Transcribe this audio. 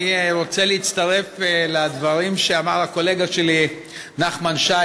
אני רוצה להצטרף לדברים שאמר הקולגה שלי נחמן שי